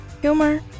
humor